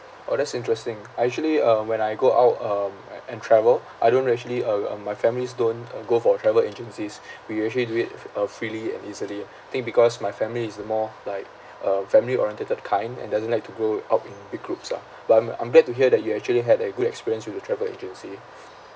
orh that's interesting I actually uh when I go out um a~ and travel I don't actually uh uh my families don't uh go for travel agencies we will actually do it f~ uh freely and easily I think because my family is the more like a family oriented kind and doesn't like to go out in big groups ah but I'm I'm glad to hear that you actually had a good experience with the travel agency